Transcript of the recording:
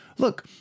Look